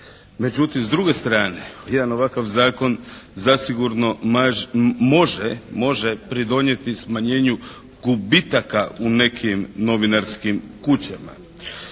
Međutim s druge strane jedan ovakav Zakon zasigurno može pridonijeti smanjenju gubitaka u nekim novinarskim kućama.